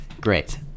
great